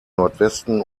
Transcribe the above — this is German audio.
nordwesten